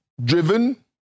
Driven